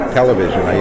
television